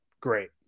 great